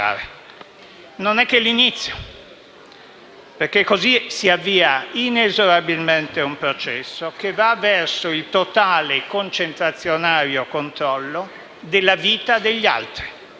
È solo l'inizio. Si può dire che è solo la prima intelaiatura della gabbia prossima ventura, ma, come diceva il poeta Dante, «non t'inganni l'ampiezza de l'intrare». Può essere